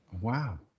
Wow